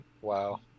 wow